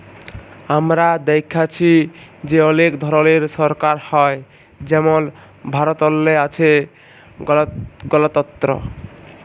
আমরা দ্যাইখছি যে অলেক ধরলের সরকার হ্যয় যেমল ভারতেল্লে আছে গলতল্ত্র